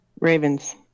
Ravens